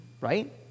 right